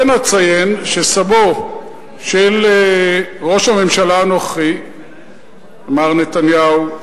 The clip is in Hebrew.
כן אציין שסבו של ראש הממשלה הנוכחי מר נתניהו,